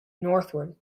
northward